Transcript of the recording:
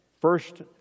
first